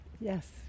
Yes